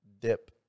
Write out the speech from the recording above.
dip